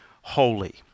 holy